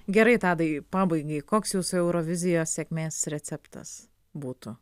gerai tadai pabaigai koks jūsų eurovizijos sėkmės receptas būtų